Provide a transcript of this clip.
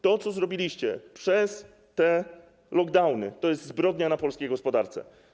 To, co zrobiliście przez te lockdowny, to jest zbrodnia na polskiej gospodarce.